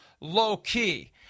low-key